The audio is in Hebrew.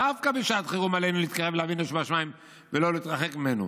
דווקא בשעת חירום עלינו להתקרב לאבינו שבשמיים ולא להתרחק ממנו.